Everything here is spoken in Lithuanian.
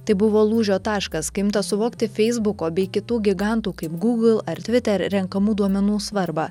tai buvo lūžio taškas kai imta suvokti feisbuko bei kitų gigantų kaip google ar twitter renkamų duomenų svarbą